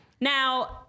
now